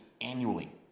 annually